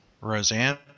Roseanne